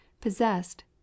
possessed